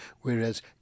whereas